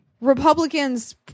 Republicans